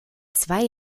zwei